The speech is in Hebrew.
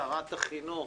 שרת החינוך,